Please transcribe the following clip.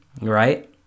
right